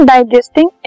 Digesting